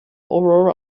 aurora